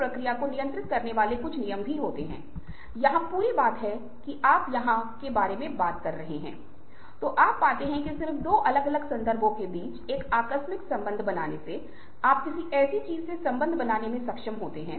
विशेष रूप से यह संगठनात्मक संदर्भ में होता है जब कंपनियां आ रही हैं और बातचीत की मेज है तो एक कदम वे आगे बढ़ते हैं तो दूसरे दल एक कदम आगे जा रहे हैं या एक कदम वे वापस जा रहे हैं एक कदम दूसरे दलों में वापस जा रहे हैं